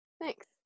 thanks